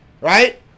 right